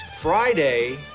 friday